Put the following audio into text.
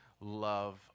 love